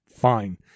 Fine